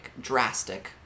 drastic